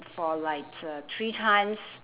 for like uh three times